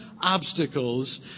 obstacles